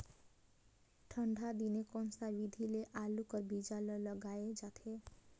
ठंडा दिने कोन सा विधि ले आलू कर बीजा ल लगाल जाथे?